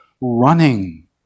running